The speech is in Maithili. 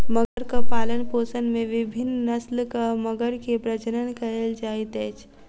मगरक पालनपोषण में विभिन्न नस्लक मगर के प्रजनन कयल जाइत अछि